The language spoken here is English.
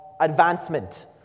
advancement